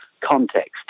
context